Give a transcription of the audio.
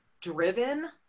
driven